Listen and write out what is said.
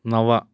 नव